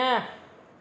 न